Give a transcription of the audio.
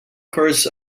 course